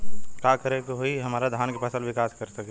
का करे होई की हमार धान के फसल विकास कर सके?